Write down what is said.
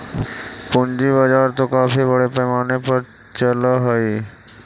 पूंजी बाजार तो काफी बड़े पैमाने पर चलअ हई